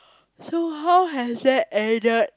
so how has that added